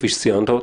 כפי שציינת.